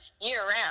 year-round